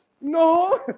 No